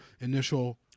initial